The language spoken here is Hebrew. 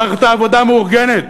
מערכת העבודה המאורגנת,